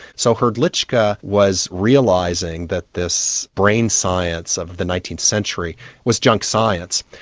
so hrdlicka was realising that this brain science of the nineteenth century was junk science.